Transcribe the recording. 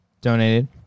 donated